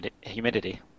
humidity